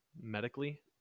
medically